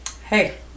hey